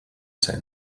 zen